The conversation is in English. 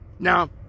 Now